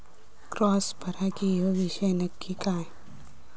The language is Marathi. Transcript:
क्रॉस परागी ह्यो विषय नक्की काय?